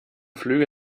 flüge